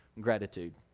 Gratitude